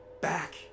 back